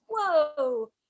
whoa